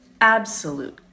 absolute